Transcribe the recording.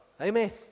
Amen